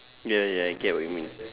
ya ya I get what you mean